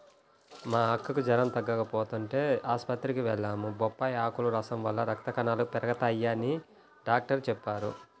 మా అక్కకి జెరం తగ్గకపోతంటే ఆస్పత్రికి వెళ్లాం, బొప్పాయ్ ఆకుల రసం వల్ల రక్త కణాలు పెరగతయ్యని డాక్టరు చెప్పారు